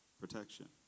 protection